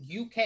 UK